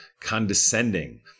condescending